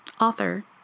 author